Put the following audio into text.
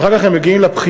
ואחר כך הם מגיעים לבחינה,